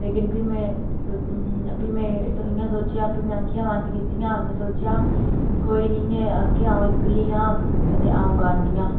लेकिन फ्ही में इ'यां सोचेआ फ्ही में आखेआ आक्खां बंद कीतियां में सोचेआ कोई नेईं ऐ अग्गै अ'ऊं इक्कली आं ते अ'ऊं गा नी आं